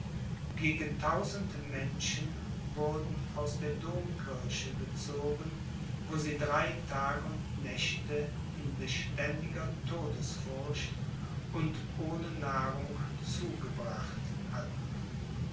gegen tausend menschen wurden aus der domkirche gezogen wo sie drei tage und zwei nächte in beständiger todesfurcht und ohne nahrung zugebracht hatten